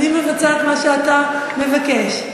אני מבצעת מה שאתה מבקש.